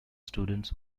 students